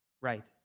right